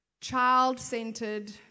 child-centered